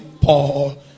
paul